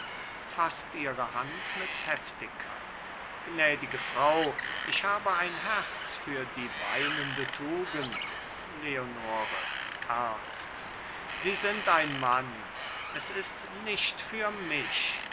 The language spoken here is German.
faßt ihre hand mit heftigkeit gnädige frau ich habe ein herz für die weinende tugend leonore ernst sie sind ein mann es ist nicht für mich